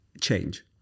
change